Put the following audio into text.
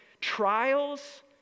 trials